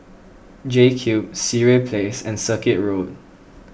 JCube Sireh Place and Circuit Road